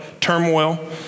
turmoil